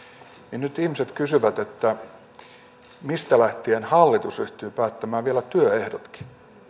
niin nyt ihmiset kysyvät mistä lähtien hallitus ryhtyy päättämään vielä työehdoistakin